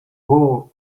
wool